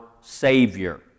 Savior